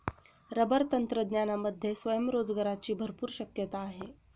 rubber तंत्रज्ञानामध्ये स्वयंरोजगाराची भरपूर शक्यता आहे